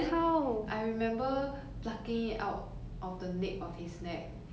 and it was so scary cause you could see the sting 留在那里